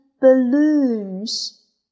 balloons